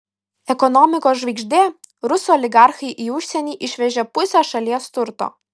ekonomikos žvaigždė rusų oligarchai į užsienį išvežė pusę šalies turto